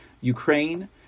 ukraine